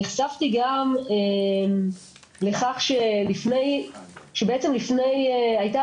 נחשפתי גם לכך שבעצם הייתה